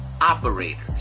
operators